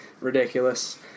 Ridiculous